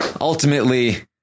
ultimately